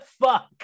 fuck